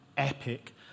epic